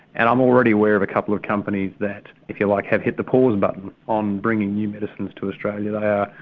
and i'm already aware of a couple of companies that, if you like, have hit the pause button on bringing new medicines to australia they are,